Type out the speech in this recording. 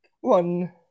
one